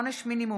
עודד פורר,